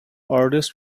artists